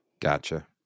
Gotcha